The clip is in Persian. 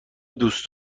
دوست